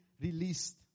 released